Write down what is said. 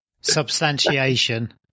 substantiation